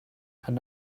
and